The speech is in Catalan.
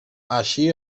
així